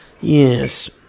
Yes